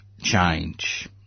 change